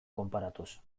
konparatuz